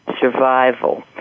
survival